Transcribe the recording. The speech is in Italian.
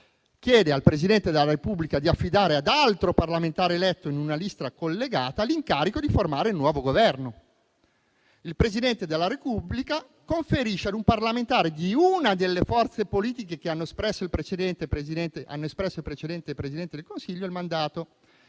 chiede al Presidente della Repubblica di affidare ad altro parlamentare eletto in una lista collegata l'incarico di formare il nuovo Governo. Il Presidente della Repubblica conferisce il mandato ad un parlamentare di una delle forze politiche che hanno espresso il precedente Presidente del Consiglio; questo